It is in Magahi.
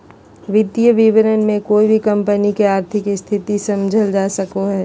वित्तीय विवरण से कोय भी कम्पनी के आर्थिक स्थिति समझल जा सको हय